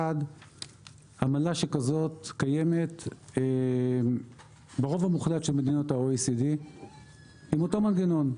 1. עמלה שכזאת קיימת ברוב המוחלט של מדינות ה-OECD עם אותו מנגנון,